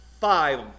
five